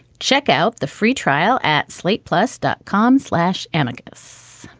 check out the free trial at slate plus dot com slash anarchists.